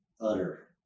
utter